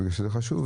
בגלל שזה חשוב.